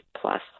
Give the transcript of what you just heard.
plus